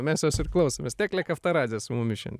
mes jos ir klausomės teklė kaftaradzė su mumis šiandien